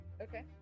Okay